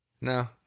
No